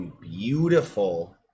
beautiful